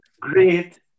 Great